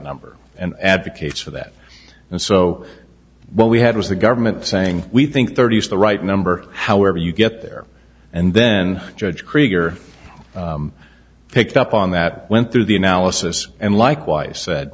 number and advocates for that and so what we had was the government saying we think thirty is the right number however you get there and then judge krieger picked up on that went through the analysis and likewise